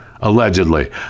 allegedly